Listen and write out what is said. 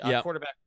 quarterback